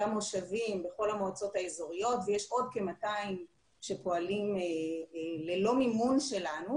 גם מושבים בכל המועצות האזוריות ויש עוד כ-200 שפועלים ללא מימון שלנו,